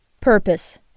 Purpose